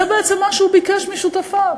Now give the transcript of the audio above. זה בעצם מה שהוא ביקש משותפיו.